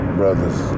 brothers